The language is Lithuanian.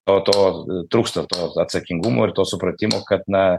to to trūksta to atsakingumo ir to supratimo kad na